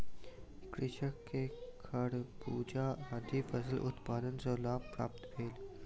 कृषक के खरबूजा आदि फलक उत्पादन सॅ लाभ प्राप्त भेल